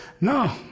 no